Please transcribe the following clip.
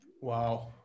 Wow